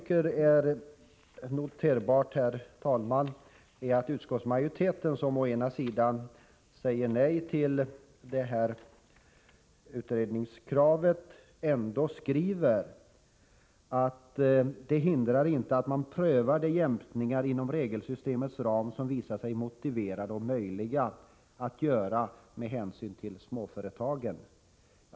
Det är noterbart att utskottsmajoriteten trots att den säger nej till utredningskravet ändå skriver att detta inte hindrar ”att man prövar de jämkningar inom regelsystemets ram som visar sig motiverade och möjliga att göra med hänsyn till småföretagen”.